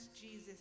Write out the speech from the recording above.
Jesus